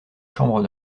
chambres